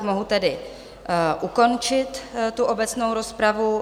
Mohu tedy ukončit obecnou rozpravu.